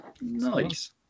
Nice